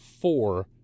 four